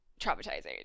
traumatizing